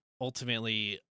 ultimately